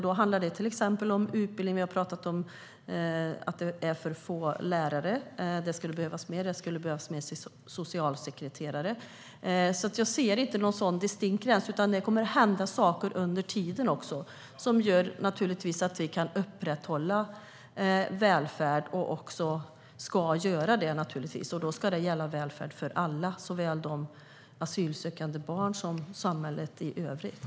Det handlar till exempel om utbildning. Vi har talat om att det är för få lärare. Det skulle behövas fler. Det skulle behövas fler socialsekreterare. Jag ser alltså inte någon distinkt gräns, utan det kommer att hända saker under tiden som gör att vi kan upprätthålla välfärd, och då ska det gälla välfärd för alla, såväl asylsökande barn som samhället i övrigt.